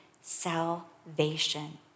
salvation